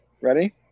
Ready